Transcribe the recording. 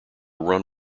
run